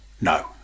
No